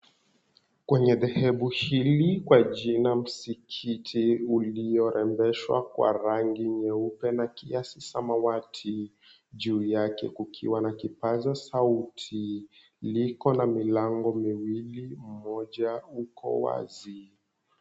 Kwenye dhehebu hili kwa jina, Msikiti, uliorembeshwa kwa rangi nyeupe na kiasi samawati. Juu yake kukiwa na kipaza sauti, liko na milango miwili, mmoja uko wazi.